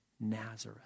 Nazareth